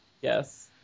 Yes